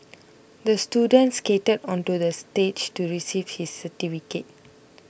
the student skated onto the stage to receive his certificate